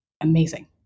amazing